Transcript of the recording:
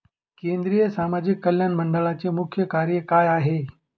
केंद्रिय समाज कल्याण मंडळाचे मुख्य कार्य काय आहे?